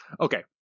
okay